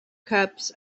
cups